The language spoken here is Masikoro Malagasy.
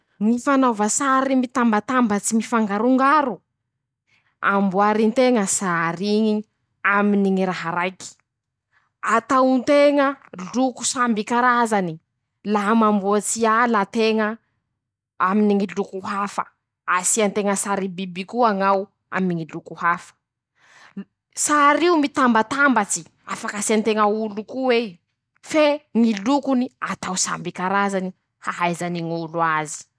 Ñy fanaova sary mitambatambatsy, mifangarongaro: -Amboarin-teña sary iñy aminy ñy raha raiky, atao nteña loko samby karazany. Laha maboatsy ala teña aminy ñy loko hafa, asia nteña sary biby koa ñao aminy ñy loko hafa, sar'io mitambatambatsy afaky asia nteña olo ko'ei, fe ñy lokony, atao samby karazany ahaizany ñ'olo az.